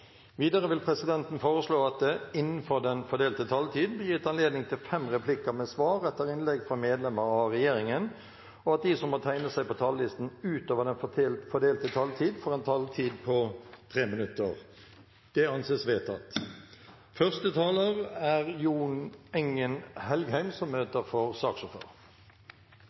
Videre vil presidenten foreslå at det – innenfor den fordelte taletid – blir gitt anledning til fem replikker med svar etter innlegg fra medlemmer av regjeringen, og at de som måtte tegne seg på talerlisten utover den fordelte taletid, får en taletid på inntil 3 minutter. – Det anses vedtatt. Først vil jeg takke komiteen for et godt samarbeid. Nå har ikke jeg vært saksordfører